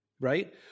right